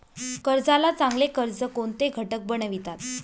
कर्जाला चांगले कर्ज कोणते घटक बनवितात?